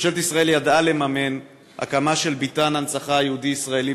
ממשלת ישראל ידעה לממן הקמה של ביתן הנצחה יהודי-ישראלי